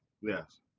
Yes